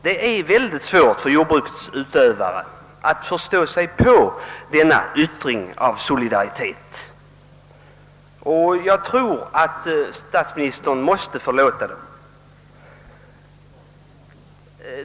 Det är oerhört svårt för jordbrukets utövare att förstå sig på denna yttring av solidaritet och jag tror att statsministern måste förlåta dem.